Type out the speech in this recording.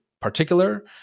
particular